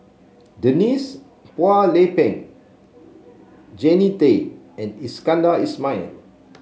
Denise Phua Lay Peng Jannie Tay and Iskandar Ismail